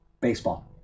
baseball